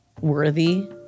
worthy